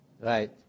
right